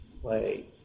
play